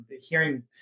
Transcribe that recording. hearing